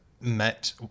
met